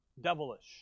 Devilish